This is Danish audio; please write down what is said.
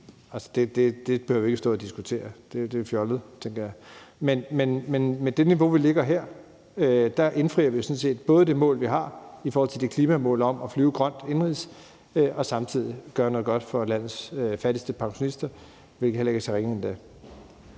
det behøver vi ikke at stå og diskutere. Det er fjollet, tænker jeg. Men med det niveau, vi lægger her, indfrier vi jo sådan set det mål, vi har i forhold til det klimamål om at flyve grønt indenrigs, og samtidig gør vi noget godt for landets fattigste pensionister, hvilket heller ikke er så ringe endda.